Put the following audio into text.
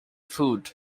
food